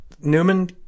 Newman